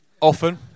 Often